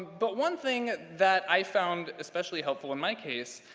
but one thing that i found especially helpful in my case,